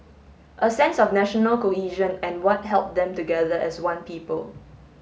a sense of national cohesion and what held them together as one people